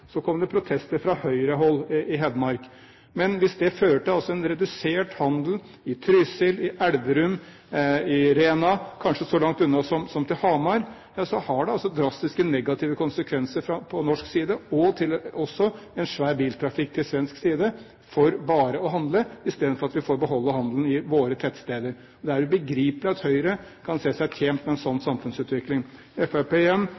så langt unna som til Hamar, ja så har det drastiske, negative konsekvenser på norsk side og fører også til en svær biltrafikk til svensk side bare for å handle, i stedet for at vi får beholde handelen på våre tettsteder. Det er ubegripelig at Høyre kan se seg tjent med en slik samfunnsutvikling. Fremskrittspartiet – igjen